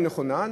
היא נכונה.